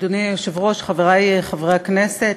אדוני היושב-ראש, חברי חברי הכנסת,